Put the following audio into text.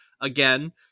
again